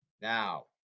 Now